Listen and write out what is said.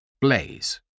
blaze